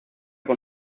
con